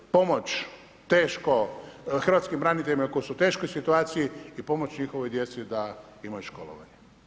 Pomoć teško, hrvatskim braniteljima koji su u teškoj situaciji i pomoć njihovoj djeci da imaju školovanje.